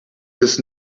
his